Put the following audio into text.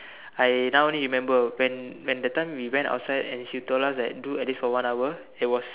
I now only remember when when that time we outside and she told us that do for at least one hour it was